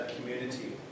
community